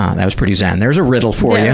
that was pretty zen. there's a riddle for you.